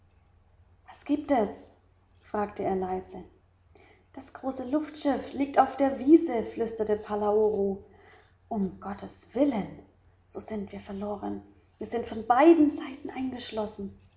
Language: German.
was gibt es fragte er leise das große luftschiff liegt auf der wiese flüsterte palaoro um gottes willen so sind wir verloren wir sind von beiden seiten eingeschlossen